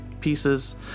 pieces